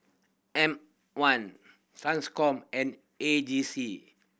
M One Transcom and A J C